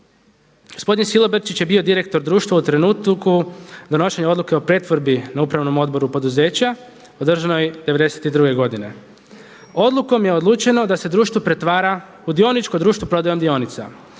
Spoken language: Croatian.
Gospodin Silobrčić je bio direktor društva u trenutku donošenja odluke o pretvorbi na upravnom odboru poduzeća održanoj '92. godine. Odlukom je odlučeno da se društvo pretvara u dioničko društvo prodajom dionica.